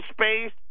space